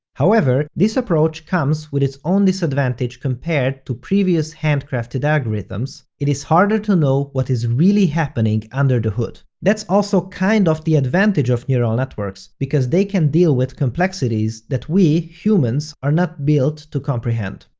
however, this approach comes with its own disadvantage compared to previous handcrafted algorithms, it is harder to know what is really happening under the hood. that's also kind of the advantage of neural networks, because they can deal with complexities that we, humans are not built to comprehend.